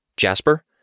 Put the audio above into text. Jasper